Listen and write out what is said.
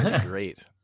Great